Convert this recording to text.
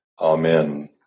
Amen